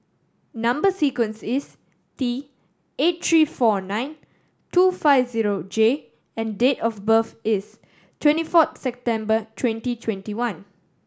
number sequence is T eight three four nine two five zero J and date of birth is twenty fourth September twenty twenty one